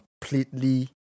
completely